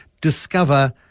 discover